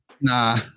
Nah